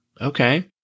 Okay